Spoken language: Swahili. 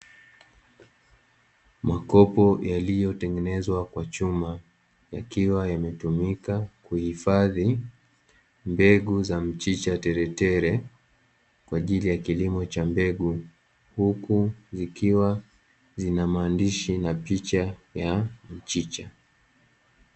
Makopo yaliyotengenezwa kwa chuma, yakiwa yametumika kuhifadhi mbegu za mchicha teletele, kwa ajili ya kilimo cha mbegu. Huku zikiwa zina maandishi na picha ya mchicha.